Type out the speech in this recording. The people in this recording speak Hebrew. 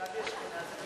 גבי אשכנזי,